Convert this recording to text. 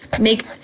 Make